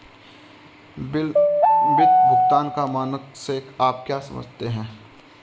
विलंबित भुगतान का मानक से आप क्या समझते हैं?